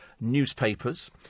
newspapers